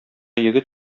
егет